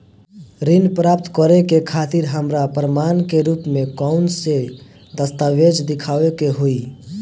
ऋण प्राप्त करे के खातिर हमरा प्रमाण के रूप में कउन से दस्तावेज़ दिखावे के होइ?